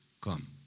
come